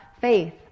Faith